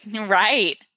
Right